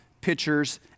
pitchers